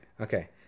Okay